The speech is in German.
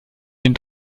den